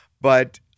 but-